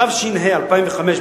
התשס"ה 2005,